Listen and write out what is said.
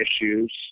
issues